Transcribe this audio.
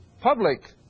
public